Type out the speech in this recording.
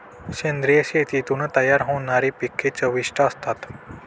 सेंद्रिय शेतीतून तयार होणारी पिके चविष्ट असतात